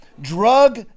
drug